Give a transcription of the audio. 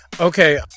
Okay